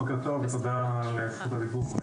בוקר טוב ותודה ליו"ר הוועדה על זכות הדיבור.